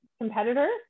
competitor